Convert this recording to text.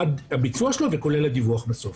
עד הביצוע שלו וכולל הדיווח בסוף.